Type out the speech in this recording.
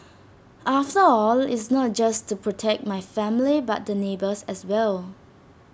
after all it's not just to protect my family but the neighbours as well